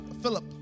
Philip